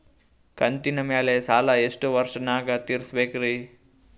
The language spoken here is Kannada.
ಕಂತಿನ ಮ್ಯಾಲ ಸಾಲಾ ಎಷ್ಟ ವರ್ಷ ನ್ಯಾಗ ತೀರಸ ಬೇಕ್ರಿ?